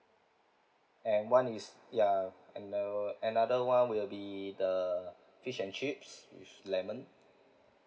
and one is ya and uh another [one] will be the fish and chips with lemon